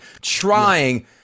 trying